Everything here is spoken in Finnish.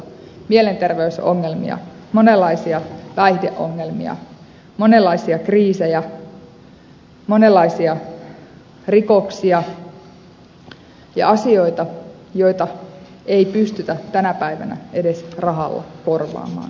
on mielenterveysongelmia monenlaisia päihdeongelmia monenlaisia kriisejä monenlaisia rikoksia ja asioita joita ei pystytä tänä päivänä edes rahalla korvaamaan tai korjaamaan